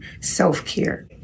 self-care